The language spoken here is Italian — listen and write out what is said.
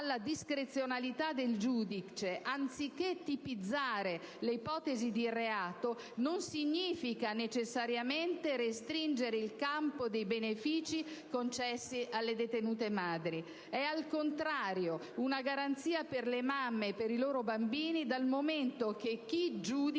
alla discrezionalità del giudice, anziché tipizzare le ipotesi di reato, non significa necessariamente restringere il campo dei benefici concessi alle detenute madri. È al contrario una garanzia per le mamme e per i loro bambini, dal momento che chi giudica